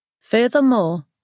Furthermore